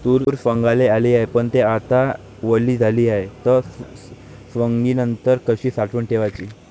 तूर सवंगाले आली हाये, पन थे आता वली झाली हाये, त सवंगनीनंतर कशी साठवून ठेवाव?